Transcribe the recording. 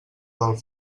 del